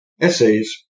essays